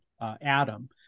Adam